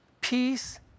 peace